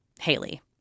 Haley